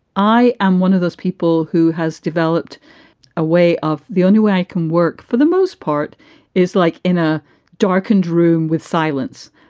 i am one of those people who has developed a way of the only way i can work for the most part is like in a darkened room with silence.